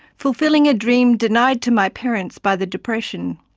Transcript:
fulfilling a dream denied to my parents by the depression.